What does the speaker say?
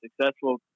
successful